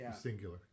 Singular